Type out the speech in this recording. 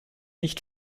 nicht